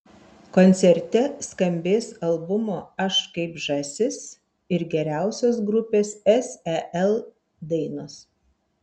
koncerte skambės albumo aš kaip žąsis ir geriausios grupės sel dainos